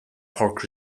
park